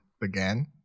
began